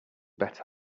bet